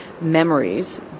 memories